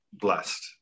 blessed